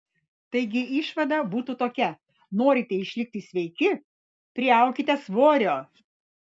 taigi išvada būtų tokia norite išlikti sveiki priaukite svorio